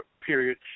period